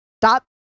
Stop